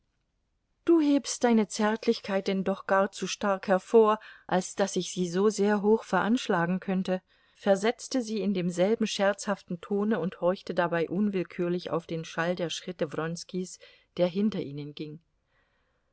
du hebst deine zärtlichkeit denn doch gar zu stark hervor als daß ich sie so sehr hoch veranschlagen könnte versetzte sie in demselben scherzhaften tone und horchte dabei unwillkürlich auf den schall der schritte wronskis der hinter ihnen ging